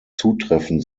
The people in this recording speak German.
zutreffen